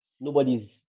Nobody's